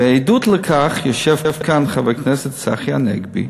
וכעדות לכך, יושב כאן חבר הכנסת צחי הנגבי,